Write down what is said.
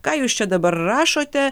ką jūs čia dabar rašote